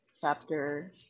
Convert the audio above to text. chapter